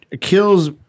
kills